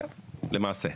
כן, למעשה.